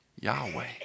Yahweh